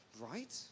right